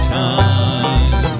time